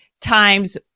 times